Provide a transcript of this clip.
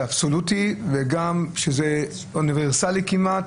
אבסולוטי ואוניברסאלי כמעט,